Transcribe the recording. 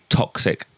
toxic